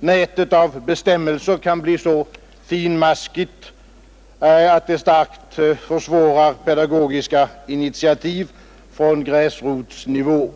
Nätet av bestämmelser kan bli så finmaskigt, att det starkt försvårar pedagogiska initiativ från gräsrotsnivå.